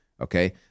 okay